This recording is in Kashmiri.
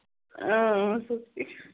اۭں اۭں سُہ تہِ